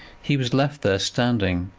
he was left there standing,